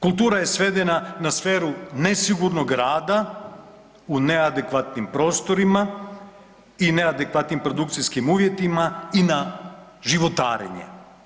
Kultura je svedena na sferu nesigurnog rada u neadekvatnim prostorima i neadekvatnim produkcijskim uvjetima i na životarenje.